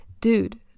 dude